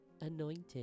anointed